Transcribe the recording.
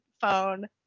phone